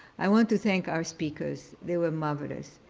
i want to thank our speakers. they were marvelous.